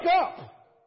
up